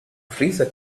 freezer